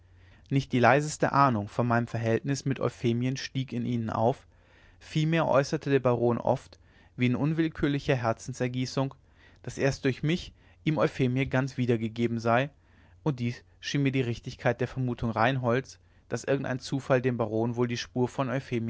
nicht die leiseste ahnung von meinem verhältnis mit euphemien stieg in ihnen auf vielmehr äußerte der baron oft wie in unwillkürlicher herzensergießung daß erst durch mich ihm euphemie ganz wiedergegeben sei und dies schien mir die richtigkeit der vermutung reinholds daß irgendein zufall dem baron wohl die spur von